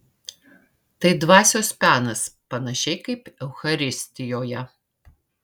tai dvasios penas panašiai kaip eucharistijoje